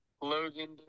Logan